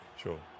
Sure